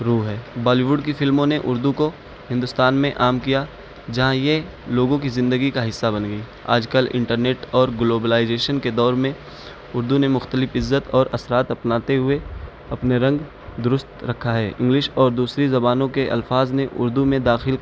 role ہے Bollywood کی فلموں نے اردو کو ہندوستان میں عام کیا جہاں یہ لوگوں کی زندگی کا حصہ بن گئی آج کل انٹرنیٹ اور گلوبلائزیشن کے دور میں اردو نے مختلف عزت اور اثرات اپناتے ہوئے اپنے رنگ درست رکھا ہے انگلش اور دوسری زبانوں کے الفاظ نے اردو میں داخل